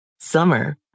summer